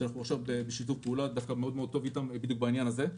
שאנחנו עכשיו בשיתוף פעולה מאוד מאוד טוב איתם בדיוק בעניין הזה.